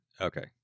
okay